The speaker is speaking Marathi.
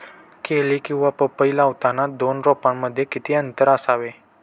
केळी किंवा पपई लावताना दोन रोपांमध्ये किती अंतर असावे?